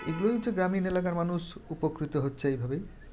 এগুলোই হচ্ছে গ্রামীণ এলাকার মানুষ উপকৃত হচ্ছে এইভাবেই